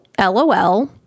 LOL